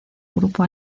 grupo